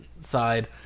side